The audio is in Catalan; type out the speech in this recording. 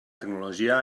tecnologia